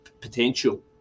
potential